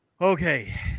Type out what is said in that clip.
Okay